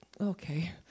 okay